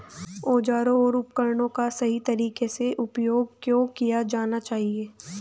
औजारों और उपकरणों का सही तरीके से उपयोग क्यों किया जाना चाहिए?